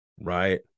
Right